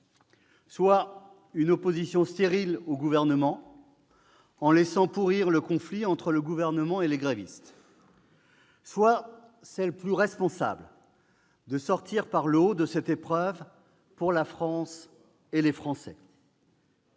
soit une opposition stérile au Gouvernement, laissant pourrir le conflit entre celui-ci et les grévistes ; soit une attitude plus responsable, pour sortir par le haut de cette épreuve, pour la France et les Français.